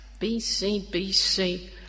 BCBC